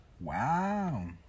Wow